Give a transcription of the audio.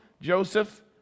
Joseph